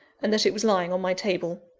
and that it was lying on my table.